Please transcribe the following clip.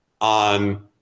on –